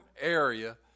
area